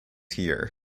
here